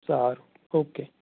સારું ઓકે